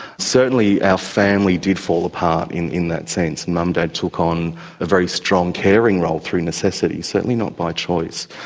certainly our family did fall apart in in that sense. mum and dad took on a very strong caring role through necessity, certainly not by choice,